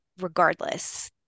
regardless